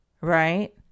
Right